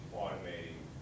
automating